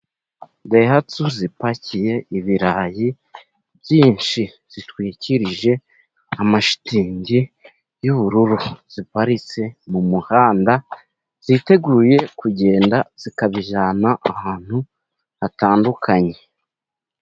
Ndayihatsu zipakiye ibirayi byinshi, zitwikirije amashitingi y'ubururu, ziparitse mu muhanda, ziteguye kugenda zikabijyana ahantu hatandukanye.